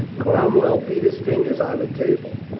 cromwell beat his fingers on the table.